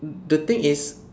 the thing is